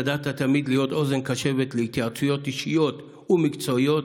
ידעת תמיד להיות אוזן קשבת להתייעצויות אישיות ומקצועיות,